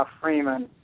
Freeman